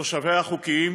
לתושביה החוקיים.